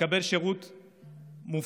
נקבל שירות מופחת,